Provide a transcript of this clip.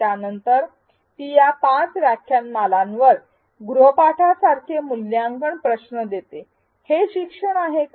त्यानंतर ती या ५ व्याख्यानमालांवर गृहपाठासारखे मूल्यांकन प्रश्न देते हे ई शिक्षण आहे का